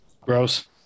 Gross